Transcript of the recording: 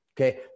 Okay